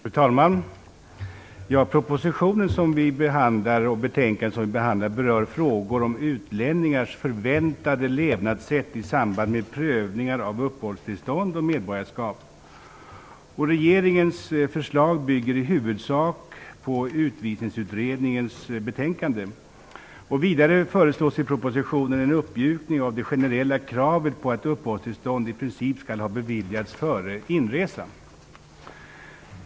Fru talman! Den proposition och det betänkande som vi nu behandlar rör frågor om utlänningars förväntade levnadssätt i samband med prövningar av uppehållstillstånd och medborgarskap. Regeringens förslag bygger i huvudsak på Utvisningsutredningens betänkande. Vidare föreslås i propositionen en uppmjukning av det generella kravet på att uppehållstillstånd i princip skall ha beviljats före inresan.